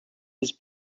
his